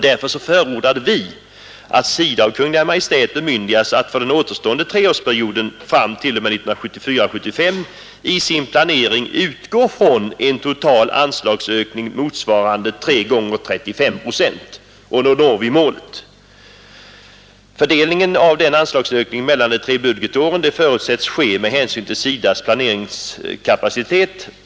Därför förordar vi att SIDA av Kungl. Maj:t bemyndigas att för den återstående treårsperioden fram t.o.m. budgetåret 1974/75 i sin planering utgå från en total anslagsökning motsvarande 3 X 35 procent. Då når vi målet. Fördelningen av denna anslagsökning mellan de tre budgetåren förutsätts ske med hänsyn till SIDA:s planeringskapacitet.